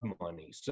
money